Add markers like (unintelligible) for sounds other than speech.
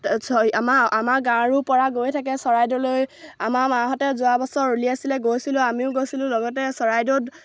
(unintelligible) আমাৰ আমাৰ গাঁৱৰো পৰা গৈ থাকে চৰাইদেউলৈ আমাৰ মাহঁতে যোৱা বছৰ উলিয়াইছিলে গৈছিলোঁ আমিও গৈছিলোঁ লগতে চৰাইদেউত